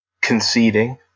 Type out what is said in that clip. conceding